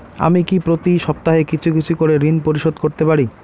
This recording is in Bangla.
আমি কি প্রতি সপ্তাহে কিছু কিছু করে ঋন পরিশোধ করতে পারি?